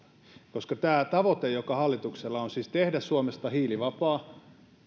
koska tämä tavoite joka hallituksella on siis tehdä suomesta hiilivapaa